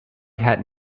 had